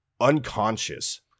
unconscious